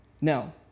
Now